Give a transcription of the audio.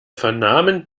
vernahmen